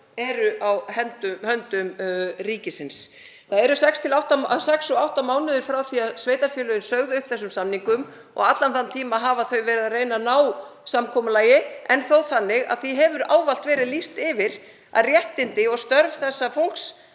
er á hendi ríkisins. Það eru sex og átta mánuðir frá því að sveitarfélögin sögðu upp þessum samningum og allan þann tíma hafa þau verið að reyna að ná samkomulagi en þó þannig að því hefur ávallt verið lýst yfir að réttindi og störf starfsfólks